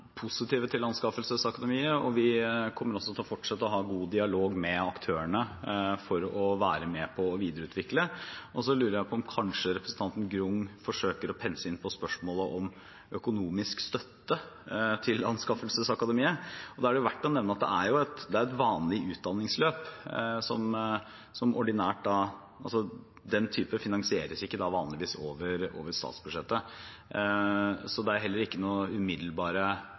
til Anskaffelsesakademiet, og vi kommer til å fortsette å ha en god dialog med aktørene for å være med på å videreutvikle det. Jeg lurer på om representanten Grung forsøker å pense inn på spørsmålet om økonomisk støtte til Anskaffelsesakademiet. Da er det verdt å nevne at det er et vanlig utdanningsløp, og det finansieres vanligvis ikke over statsbudsjettet. Så det er ikke noen umiddelbare planer om det, slik jeg ser det, men jeg er